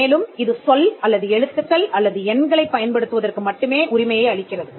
மேலும் இது சொல் அல்லது எழுத்துக்கள் அல்லது எண்களைப் பயன்படுத்துவதற்கு மட்டுமே உரிமையை அளிக்கிறது